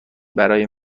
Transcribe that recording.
برای